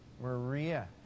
Maria